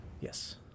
Yes